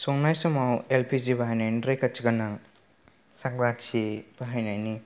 संनाय समाव एलपिजि बाहायनायनि रैखाथि गोनां सांग्रांथि बाहायनायनि